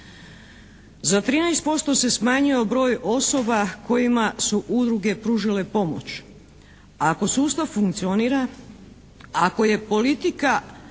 Za 13% se smanjio broj osoba kojima su udruge pružile pomoć, a ako sustav funkcionira, ako je politika